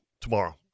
tomorrow